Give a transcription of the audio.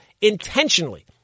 intentionally